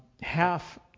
half